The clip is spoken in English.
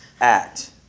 act